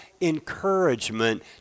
encouragement